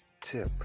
tip